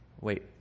wait